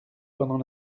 pendant